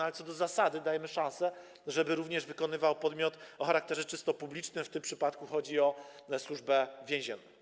Ale co do zasady dajemy szansę, żeby również to wykonywał podmiot o charakterze czysto publicznym - w tym przypadku chodzi o Służbę Więzienną.